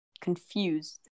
Confused